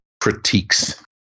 critiques